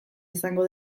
izango